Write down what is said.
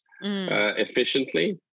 efficiently